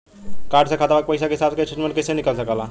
Card से खाता के पइसा के हिसाब किताब के स्टेटमेंट निकल सकेलऽ?